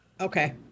okay